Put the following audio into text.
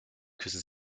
küssen